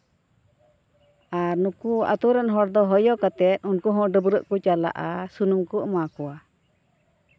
ᱟᱨ ᱱᱩᱠᱩ ᱟᱛᱩᱨᱮᱱ ᱦᱚᱲ ᱫᱚ ᱦᱚᱭᱚ ᱠᱟᱛᱮ ᱩᱱᱠᱩ ᱦᱚᱸ ᱰᱟᱹᱵᱨᱟᱹᱜ ᱠᱚ ᱪᱟᱞᱟᱜᱼᱟ ᱥᱩᱱᱩᱢ ᱠᱚ ᱮᱢᱟ ᱠᱚᱣᱟ